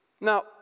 Now